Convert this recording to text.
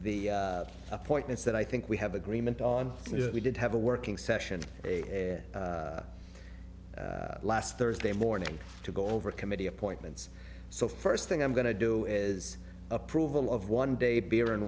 the the appointments that i think we have agreement on that we did have a working session last thursday morning to go over committee appointments so first thing i'm going to do is approval of one day beer and